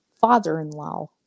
father-in-law